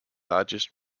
largest